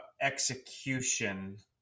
execution